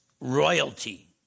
royalty